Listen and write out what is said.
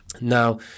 Now